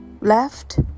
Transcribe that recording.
left